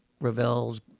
Ravel's